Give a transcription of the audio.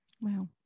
Wow